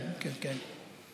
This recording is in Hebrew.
כן, כן.